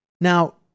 Now